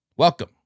welcome